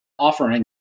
offering